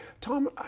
Tom